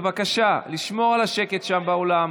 בבקשה לשמור על השקט שם באולם,